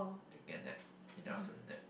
taking a nap in the afternoon nap